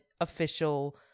official